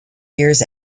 years